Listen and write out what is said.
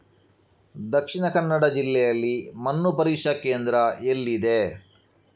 ದಕ್ಷಿಣ ಕನ್ನಡ ಜಿಲ್ಲೆಯಲ್ಲಿ ಮಣ್ಣು ಪರೀಕ್ಷಾ ಕೇಂದ್ರ ಎಲ್ಲಿದೆ?